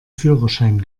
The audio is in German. führerschein